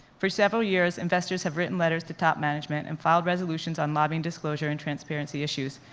for several years, investors have written letters to top management and filed resolutions on lobbying disclosure and transparency issues,